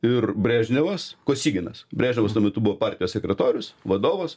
ir brežnevas kosyginas brėžniavas tuo metu buvo partijos sekretorius vadovas